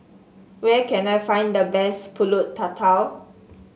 where can I find the best pulut tatal